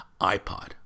iPod